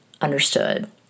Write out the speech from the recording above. understood